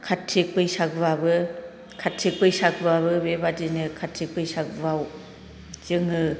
थिग बेबादिनो काटि बैसागु आबो काटि बैसागुआबो बेबादिनो काटि बैसागुआव जोङो